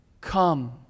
Come